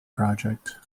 project